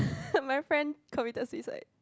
my friend committed suicide